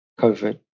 COVID